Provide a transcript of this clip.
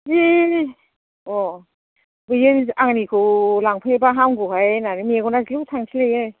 बे अह बैयो आंनिखौ लांफैबा हामगौहाय होन्नानै मेगना ब्लिउ थांसैलायो